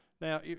Now